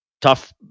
Tough